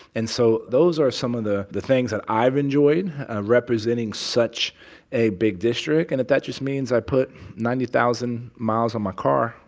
and so those are some of the the things that i've enjoyed representing such a big district. and if that just means i put ninety thousand miles on my car,